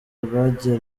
rwagiye